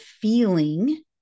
feeling